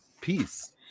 peace